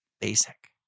basic